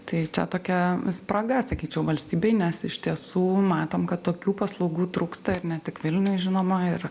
tai čia tokia spraga sakyčiau valstybėj nes iš tiesų matom kad tokių paslaugų trūksta ir ne tik vilniuj žinoma ir